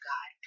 God